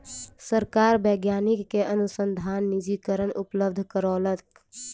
सरकार वैज्ञानिक के अनुसन्धान निधिकरण उपलब्ध करौलक